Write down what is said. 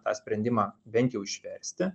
tą sprendimą bent jau išversti